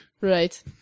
Right